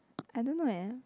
I don't know eh